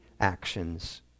actions